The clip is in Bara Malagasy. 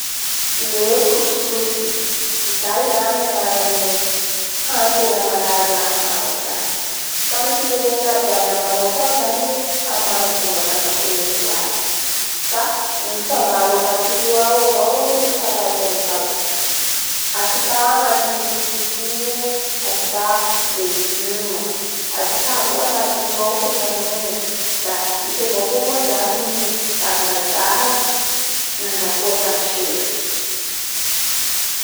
Le coussecouse fa ny firenena abiaby a Maroc ao zany samy mana ny fomba fandrahoany an'io fa ny fangaro anatin'io ao avao no hotsaraiko amizao ahita gna antin'io coussecousse io, ahita legume, ahita koa antin'io ao henan'ondry la misy avao koa moa zany nyvarimbazaha